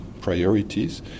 priorities